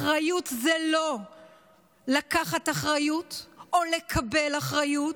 אחריות זה לא לקחת אחריות או לקבל אחריות,